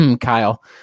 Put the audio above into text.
Kyle